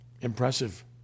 Impressive